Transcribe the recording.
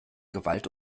gewalt